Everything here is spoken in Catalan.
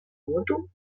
moto